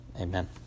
Amen